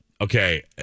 Okay